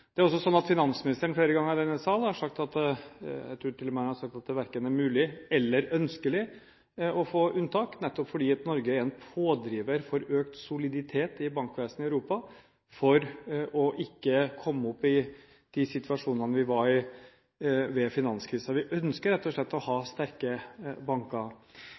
Det er også sånn at finansministeren flere ganger i denne sal har nevnt dette – jeg tror til og med han har sagt at det verken er mulig eller ønskelig å få unntak, nettopp fordi Norge er pådriver for økt soliditet i bankvesenet i Europa for at vi ikke skal komme opp i de situasjonene vi var i, under finanskrisen. Vi ønsker rett og slett å ha sterke banker.